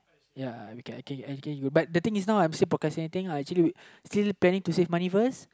ya we can but the thing is now I'm still procrastinating actually we still planning to save money first